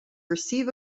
receive